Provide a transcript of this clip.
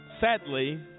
sadly